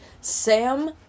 sam